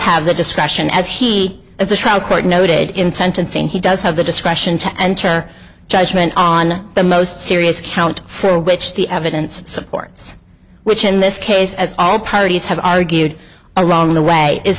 have the discretion as he as the trial court noted in sentencing he does have the discretion to enter judgment on the most serious count for which the evidence supports which in this case as all parties have argued are wrong the way is